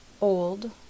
Old